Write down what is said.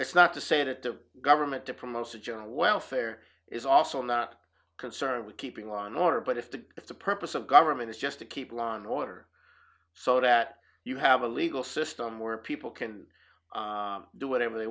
it's not to say that the government to promote the general welfare is also not concerned with keeping law and order but if the if the purpose of government is just to keep law and order so that you have a legal system where people can do whatever they